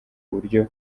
buryo